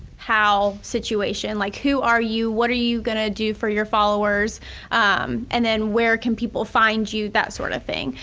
how situation, like who are you, what are you gonna do for your followers and then where can people find you, that sort of thing?